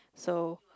so